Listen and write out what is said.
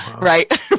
right